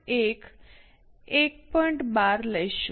12 લઈશું